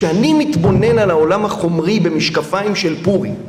כשאני מתבונן על העולם החומרי במשקפיים של פורים